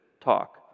talk